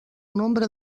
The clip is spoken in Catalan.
nombre